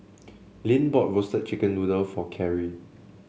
Lynn bought Roasted Chicken Noodle for Carri